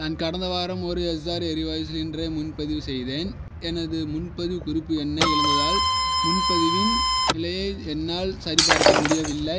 நான் கடந்த வாரம் ஒரு எஸ்ஸார் எரிவாயு சிலிண்டரை முன்பதிவு செய்தேன் எனது முன்பதிவு குறிப்பு எண்ணை இழந்ததால் முன்பதிவின் நிலையை என்னால் சரிபார்க்க முடியவில்லை